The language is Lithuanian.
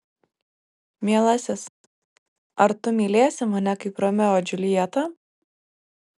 mielasis ar tu mylėsi mane kaip romeo džiuljetą